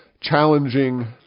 challenging